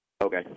Okay